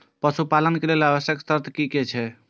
पशु पालन के लेल आवश्यक शर्त की की छै?